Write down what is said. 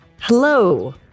Hello